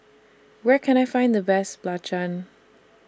Where Can I Find The Best Belacan